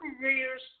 careers